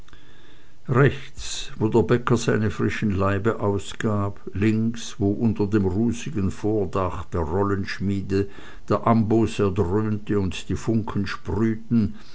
rechts wo der bäcker seine frischen laibe ausgab links wo unter dem rußigen vordach der rollenschmiede der amboß erdröhnte und die funken sprühten